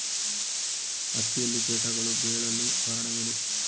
ಹತ್ತಿಯಲ್ಲಿ ಕೇಟಗಳು ಬೇಳಲು ಕಾರಣವೇನು?